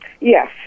Yes